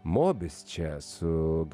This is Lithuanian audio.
mobis čia su